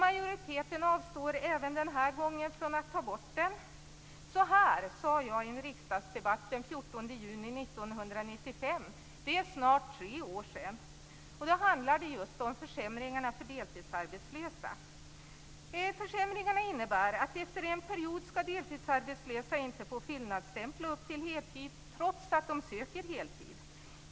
Majoriteten avstår även den här gången från att ta bort den. I en riksdagsdebatt den 14 juni 1995 - det är snart tre år sedan - som handlade just om försämringarna för deltidsarbetslösa sade jag följande: Försämringarna innebär att efter en period skall deltidsarbetslösa inte få fyllnadsstämpla upp till heltid trots att de söker heltid.